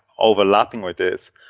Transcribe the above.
overlapping with this,